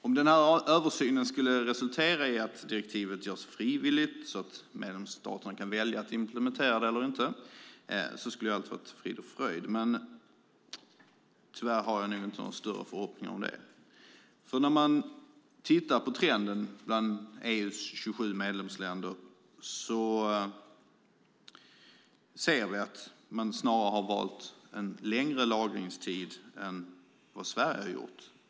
Om översynen skulle resultera i att direktivet görs frivilligt så att medlemsstaterna kan välja att implementera det eller inte skulle allt vara frid och fröjd, men tyvärr har jag ingen större förhoppning om det. Trenden bland EU:s 27 medlemsländer är nämligen att man snarare har valt en längre lagringstid än Sverige.